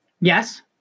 Yes